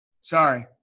Sorry